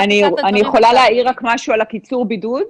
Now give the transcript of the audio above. אני יכולה רק להעיר משהו על קיצור בידוד.